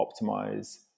optimize